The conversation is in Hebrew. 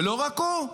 ולא רק הוא,